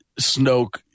Snoke